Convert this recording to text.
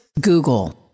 Google